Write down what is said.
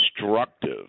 destructive